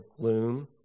gloom